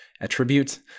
attributes